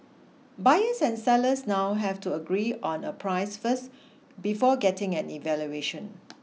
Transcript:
buyers and sellers now have to agree on a price first before getting an evaluation